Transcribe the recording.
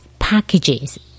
packages